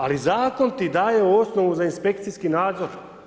Ali zakon ti daje osnovu za inspekcijski nadzor.